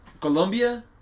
Colombia –